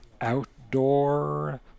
outdoor